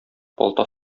балта